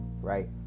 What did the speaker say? right